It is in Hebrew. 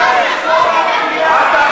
את האחרונה שתטיף מוסר.